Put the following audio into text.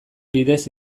bidez